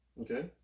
Okay